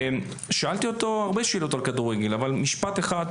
שאלתי אותו הרבה שאלות על כדורגל אבל לאחת